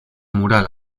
mural